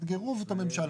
תאתגרו את הממשלה.